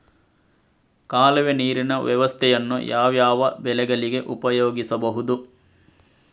ಕಾಲುವೆ ನೀರಿನ ವ್ಯವಸ್ಥೆಯನ್ನು ಯಾವ್ಯಾವ ಬೆಳೆಗಳಿಗೆ ಉಪಯೋಗಿಸಬಹುದು?